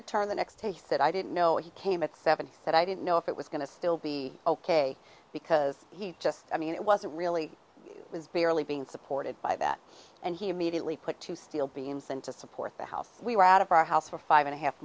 return the next he said i didn't know he came at seven that i didn't know if it was going to still be ok because he just i mean it wasn't really it was barely being supported by that and he immediately put two steel beams and to support the house we were out of our house for five and a half